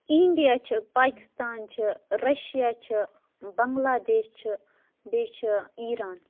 India چھُ پاکِستان چھُ Russia چھِ بَنٛگلادیش چھِ بیٚیہِ چھِ ایٖران